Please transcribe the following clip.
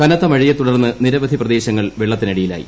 കനത്ത മഴയെത്തുടർന്ന് നിരവധി പ്രദേശങ്ങൾ വെള്ളത്തിനടിയിലായി